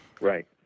Right